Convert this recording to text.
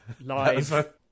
live